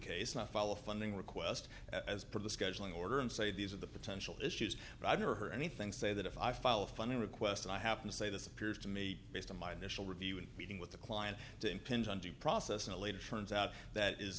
case not follow a funding request as per the scheduling order and say these are the potential issues but i've never heard anything say that if i file funding request i happen to say this appears to me based on my initial review and meeting with the client to impinge on the process in a later turns out that is